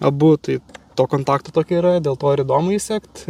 abu tai to kontakto tokio yra dėl to ir įdomu jį sekt